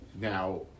now